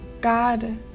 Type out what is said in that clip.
god